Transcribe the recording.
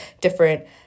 different